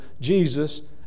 Jesus